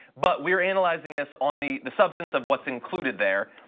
but we are analyzing this on the the substance of what's included there.